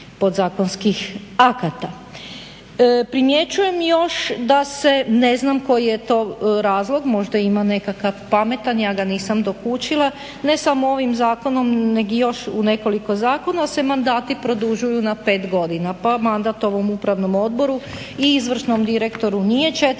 podzakonskih akata. Primjećujem još da se, ne znam koji je to razlog, možda ima nekakav pametan, ja ga nisam dokučila, ne samo ovim zakonom nego još u nekoliko zakona se mandati produžuju na pet godina pa mandat ovom upravnom odboru i izvršnom direktoru nije 4 godine